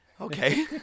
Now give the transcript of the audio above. Okay